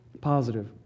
positive